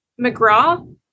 McGraw